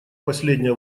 последняя